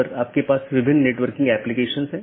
प्रत्येक EBGP router अलग autonomous system में हैं